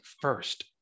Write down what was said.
first